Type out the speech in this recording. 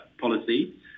policy